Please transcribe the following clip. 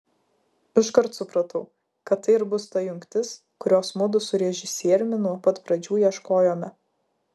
iškart supratau kad tai ir bus ta jungtis kurios mudu su režisieriumi nuo pat pradžių ieškojome